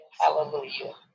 Hallelujah